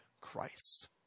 Christ